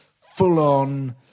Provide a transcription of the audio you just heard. full-on